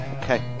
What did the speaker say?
Okay